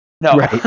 No